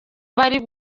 bari